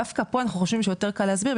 דווקא פה אנחנו חושבים שיותר קל להסביר,